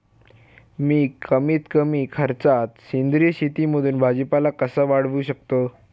मी कमीत कमी खर्चात सेंद्रिय शेतीमध्ये भाजीपाला कसा वाढवू शकतो?